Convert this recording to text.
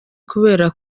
kubera